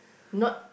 not